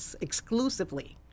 exclusively